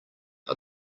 are